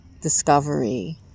discovery